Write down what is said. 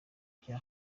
bya